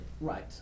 right